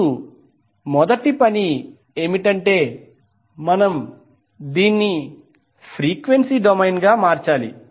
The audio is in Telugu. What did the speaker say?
ఇప్పుడు మొదటి పని ఏమిటంటే మనం దీన్ని ఫ్రీక్వెన్సీ డొమైన్గా మార్చాలి